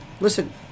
listen